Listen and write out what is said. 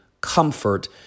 comfort